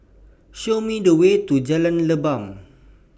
Show Me The Way to Jalan Leban